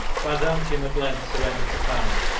byzantium, at length, surrendered to famine.